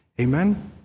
Amen